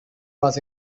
was